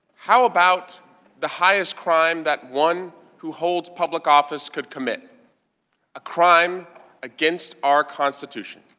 how about the highest crime that one who holds public office could commit a crime against our constitution?